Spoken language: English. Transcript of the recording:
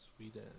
Sweden